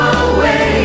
away